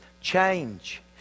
change